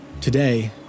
Today